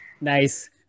Nice